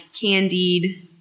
candied